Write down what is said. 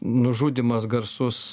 nužudymas garsus